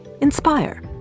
inspire